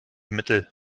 mittel